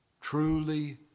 truly